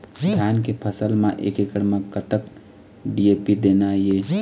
धान के फसल म एक एकड़ म कतक डी.ए.पी देना ये?